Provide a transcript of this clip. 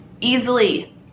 easily